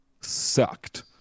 sucked